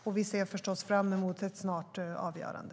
Och vi ser förstås fram emot ett snart avgörande.